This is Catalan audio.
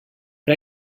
per